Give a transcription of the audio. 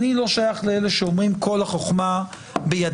אני לא שייך לאלה שאומרים כל החוכמה בידינו,